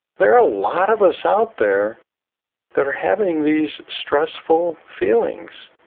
there are a lot of us out there that are having these stressful feelings.